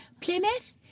Plymouth